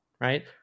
right